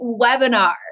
webinar